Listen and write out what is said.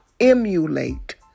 emulate